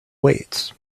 weights